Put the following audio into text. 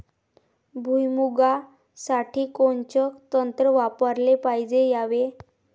भुइमुगा साठी कोनचं तंत्र वापराले पायजे यावे?